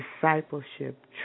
discipleship